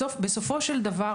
בסופו של דבר,